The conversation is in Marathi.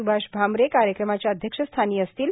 स्भाष भामरे कार्यक्रमाच्या अध्यक्षस्थानी असतील